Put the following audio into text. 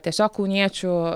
tiesiog kauniečių